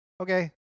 okay